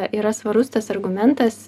yra svarus tas argumentas